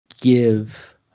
give